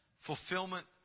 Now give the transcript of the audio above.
fulfillment